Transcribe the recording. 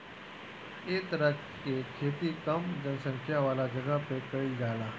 ए तरह के खेती कम जनसंख्या वाला जगह पे कईल जाला